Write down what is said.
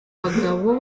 bagabo